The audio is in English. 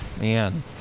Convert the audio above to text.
Man